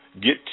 get